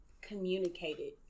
communicated